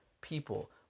people